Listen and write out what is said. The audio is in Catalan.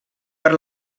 per